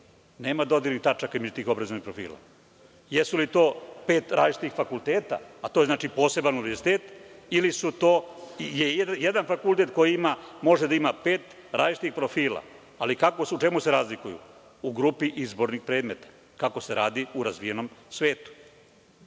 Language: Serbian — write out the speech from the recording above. nema dodirnih tačaka između tih obrazovnih profila. Jesu li to pet različitih fakulteta, a to je znači poseban univerzitet ili su je to jedan fakultet koji može da ima pet različitih profila ali u čemu se razlikuju? U grupi izbornih predmeta kako se radi u razvijenom